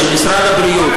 שמשרד הבריאות,